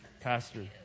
Pastor